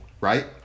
right